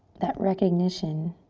that recognition